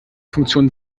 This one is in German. funktion